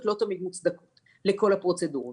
לא תמיד מוצדקות לכל הפרוצדורות.